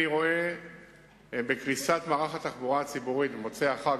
אני רואה בקריסת מערך התחבורה הציבורית במוצאי החג